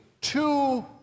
two